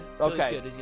Okay